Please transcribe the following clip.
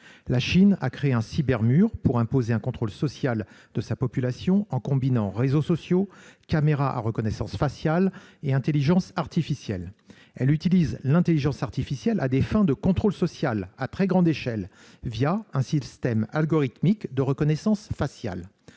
La Chine a créé un « cybermur » pour imposer un contrôle social de sa population, en combinant réseaux sociaux, caméras à reconnaissance faciale et intelligence artificielle. Elle utilise l'intelligence artificielle à des fins de contrôle social à très grande échelle, via un système algorithmique de reconnaissance faciale.